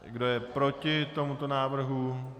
Kdo je proti tomuto návrhu?